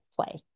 play